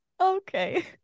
Okay